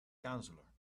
counselor